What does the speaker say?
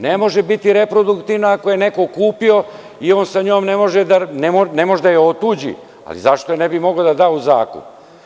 Ne može biti reproduktivna ako je neko kupio i on sa njom ne može da je otuđi, ali zašto ne bi mogao da je da u zakup?